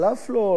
חלף לו,